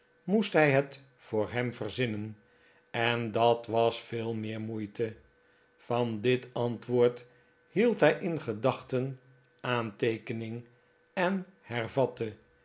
moest hij het voor hem verzinnen en dat was veel meer moeite van dit antwoord hield hij in gedachten aanteekening en hervatte